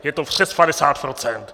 je to přes 50 %.